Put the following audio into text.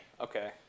Okay